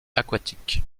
aquatique